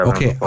Okay